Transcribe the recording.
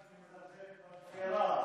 נשמע שאת מזלזלת בתפירה.